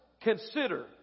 consider